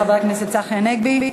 חבר הכנסת צחי הנגבי.